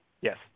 Yes